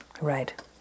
Right